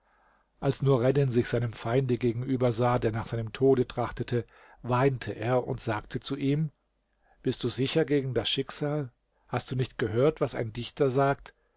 als nureddin sich seinem feinde gegenüber sah der nach seinem tode trachtete weinte er und sagte zu ihm bist du sicher gegen das schicksal hast du nicht gehört was ein dichter sagt